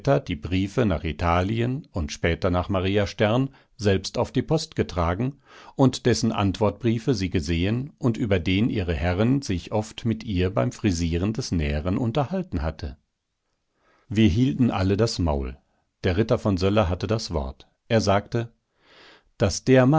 die briefe nach italien und später nach maria stern selbst auf die post getragen und dessen antwortbriefe sie gesehen und über den ihre herrin sich oft mit ihr beim frisieren des näheren unterhalten hatte wir hielten alle das maul der ritter von söller hatte das wort er sagte daß der